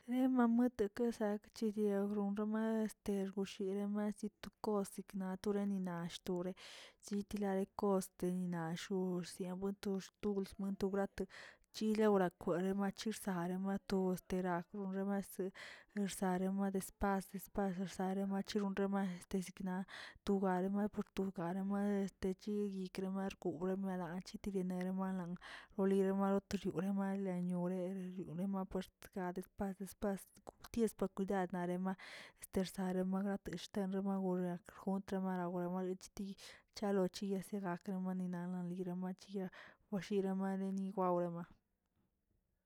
Ema muete kichag chrironrama este gursherama situ kos signaturi ni nashtore, sitela de kost denina shoors xiamotorsh mold wlate chil yirakwe machir rsaremato esterakwo marserama mader asta sparsə remachure ronrama te sikna tu galema por tu gara muede este chi ikremargoreba laꞌ chitekeremala oliro lire matoshirieer maylañoree ñorema ma puextkapas despas, ties pa kwidad arena ersarema gratə xtenma rogul rjunt maregu olachetichalo chiyes aklə manina nolirama machiya, woshiramademi gawreba.